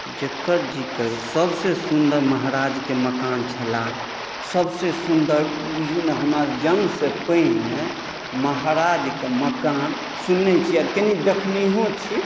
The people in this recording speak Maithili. जेकर जेकर सबसे सुन्दर महाराजके मकान छलाह सबसे सुन्दर बुझू ने हमरा जन्म से पहिने महाराजके मकान सुनैत छियै आ कनी देखनहो छी